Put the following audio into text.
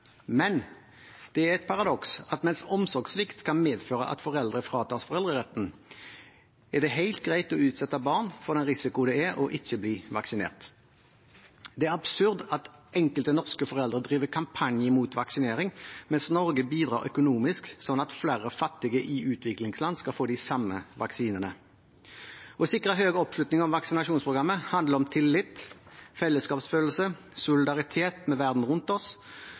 Men det er et paradoks at mens omsorgssvikt kan medføre at foreldre fratas foreldreretten, er det helt greit å utsette barn for den risikoen det er ikke å bli vaksinert. Det er absurd at enkelte norske foreldre driver kampanjer mot vaksinering, mens Norge bidrar økonomisk til at flere fattige i utviklingsland skal få de samme vaksinene. Å sikre høy oppslutning om vaksinasjonsprogrammet handler om tillit, fellesskapsfølelse, solidaritet med verden rundt oss.